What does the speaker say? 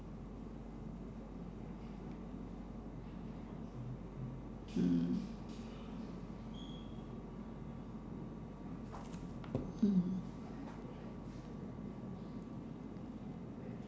mm mm